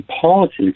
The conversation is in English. politics